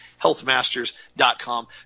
healthmasters.com